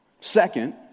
Second